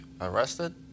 arrested